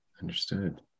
Understood